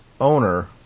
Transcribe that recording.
owner